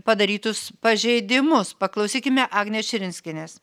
padarytus pažeidimus paklausykime agnės širinskienės